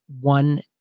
one